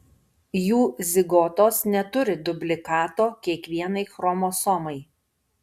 jų zigotos neturi dublikato kiekvienai chromosomai